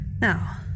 Now